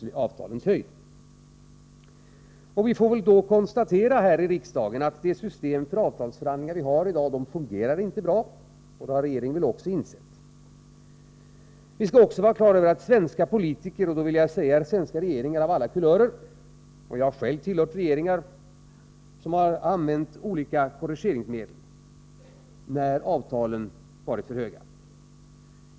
26 april 1984 Vi får då konstatera här i riksdagen, att det system för avtalsförhandlingar som vi har i dag inte fungerar bra. Detta har väl också regeringen insett. Jag Vid remiss av vill framhålla att det jag nu säger gäller för svenska regeringar av alla kulörer, kompletteringsprooch jag har själv tillhört regeringar som använt olika korrigeringsmedel, när positionen avtalen varit för höga.